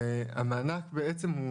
והמענק בעצם,